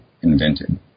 invented